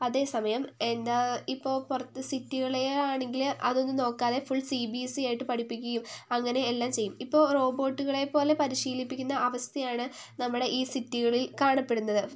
അതെ സമയം എന്താ എപ്പോൾ പുറത്ത് സിറ്റികളിൽ ആണെങ്കിൽ അതൊന്നും നോക്കാതെ full C B S E ആയിട്ട് പഠിപ്പിക്കുകയും അങ്ങെനെ എല്ലാം ചെയ്യും ഇപ്പോൾ റോബോട്ടുകളെപ്പോലെ പരിശീലിപ്പിക്കുന്ന അവസ്ഥയാണ് നമ്മുടെ ഈ സിറ്റികളില് കാണപ്പെടുന്നത്